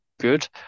good